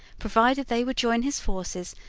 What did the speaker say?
provided they would join his forces,